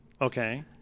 Okay